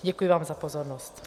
Děkuji vám za pozornost.